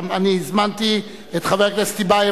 הזמנתי את חבר הכנסת טיבייב.